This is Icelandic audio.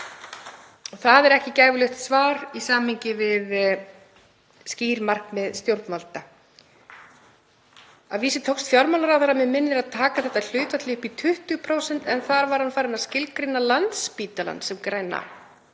Það er ekki gæfulegt svar í samhengi við skýr markmið stjórnvalda. Að vísu tókst fjármálaráðherra að mig minnir að taka þetta hlutfall upp í 20% en þá var hann farinn að skilgreina byggingu Landspítalans sem græna